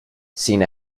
sin